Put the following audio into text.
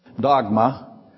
dogma